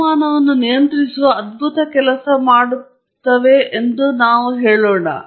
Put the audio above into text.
ತಾಪಮಾನವನ್ನು ನಿಯಂತ್ರಿಸುವ ಅದ್ಭುತ ಕೆಲಸ ಮಾಡುತ್ತಿರುವೆ ಎಂದು ನಾವು ಹೇಳೋಣ